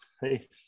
Hey